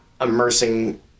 immersing